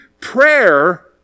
prayer